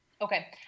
Okay